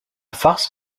farce